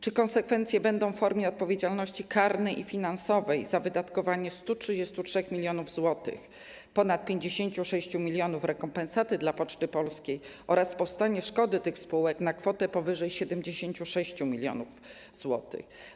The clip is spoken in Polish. Czy konsekwencje będą w formie odpowiedzialności karnej i finansowej za wydatkowanie 133 mln zł, ponad 56 mln rekompensaty dla Poczty Polskiej oraz powstanie szkody tych spółek na kwotę powyżej 76 mln zł?